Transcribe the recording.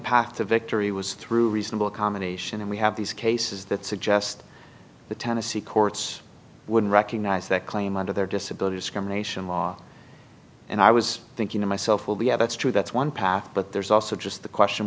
to victory was through reasonable accommodation and we have these cases that suggest the tennessee courts would recognize that claim under their disability discrimination law and i was thinking to myself well we have that's true that's one path but there's also just the question